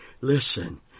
Listen